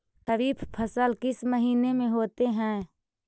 खरिफ फसल किस महीने में होते हैं?